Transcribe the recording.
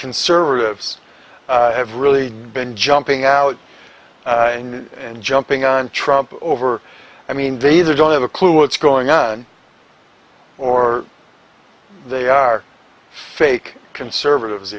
conservatives have really been jumping out and jumping on trump over i mean they either don't have a clue what's going on or they are fake conservatives